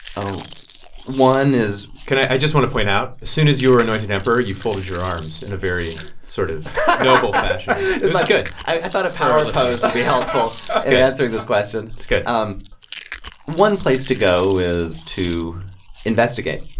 oh one is. can i i just want to point out, as soon as you were anointed emperor, you folded your arms in a very sort of noble fashion like good i thought a power pose would be helpful answering this question it's good um one place to go is to investigate.